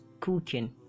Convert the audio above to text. cooking